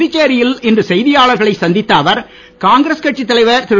புதுச்சேரியில் இன்று செய்தியாளர்களை சந்தித்த அவர் காங்கிரஸ் கட்சித் தலைவர் திரு